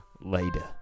Later